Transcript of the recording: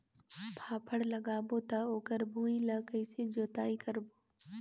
फाफण लगाबो ता ओकर भुईं ला कइसे जोताई करबो?